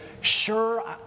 sure